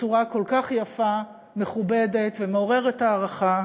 בצורה כל כך יפה, מכובדת ומעוררת הערכה